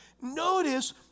Notice